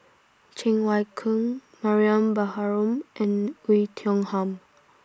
Cheng Wai Keung Mariam Baharom and Oei Tiong Ham